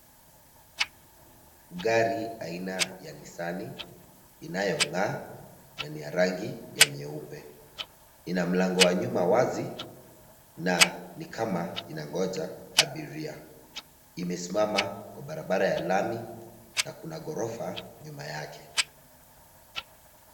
Gari aina ya Nissani, inayong'aa na ni ya rangi ya nyeupe. Ina mlango wa nyuma wazi na ni kama inangoja abiria. Imesimama kwa barabara ya lami, na kuna ghorofa nyuma yake.